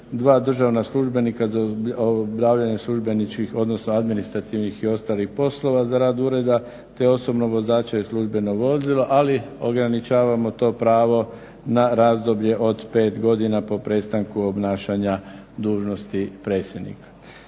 dva državna službenika za obavljanje službeničkih, odnosno administrativnih i ostalih poslova za rad ureda, te osobnog vozača i službeno vozilo, ali ograničavamo to pravo na razdoblje od pet godina po prestanku obnašanja dužnosti predsjednika.